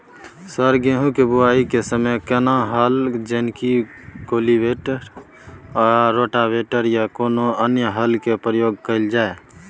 Sir गेहूं के बुआई के समय केना हल जेनाकी कल्टिवेटर आ रोटावेटर या कोनो अन्य हल के प्रयोग कैल जाए?